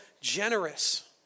generous